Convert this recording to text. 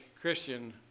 Christian